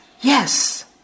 Yes